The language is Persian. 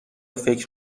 فکر